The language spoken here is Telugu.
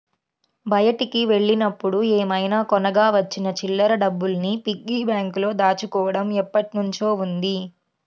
బయటికి వెళ్ళినప్పుడు ఏమైనా కొనగా వచ్చిన చిల్లర డబ్బుల్ని పిగ్గీ బ్యాంకులో దాచుకోడం ఎప్పట్నుంచో ఉంది